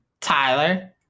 tyler